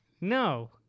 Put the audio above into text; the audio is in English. No